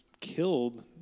killed